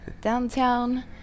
downtown